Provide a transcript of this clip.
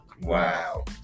Wow